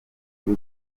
buri